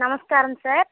నమస్కారం సార్